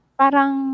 parang